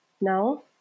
now